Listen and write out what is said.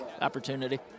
opportunity